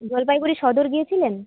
জলপাইগুড়ি সদর গিয়েছিলেন